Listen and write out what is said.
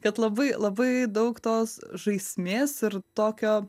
kad labai labai daug tos žaismės ir tokio